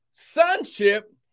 Sonship